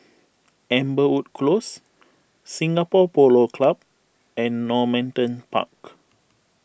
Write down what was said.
Amberwood Close Singapore Polo Club and Normanton Park